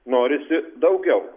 norisi daugiau